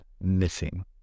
Missing